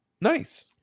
Nice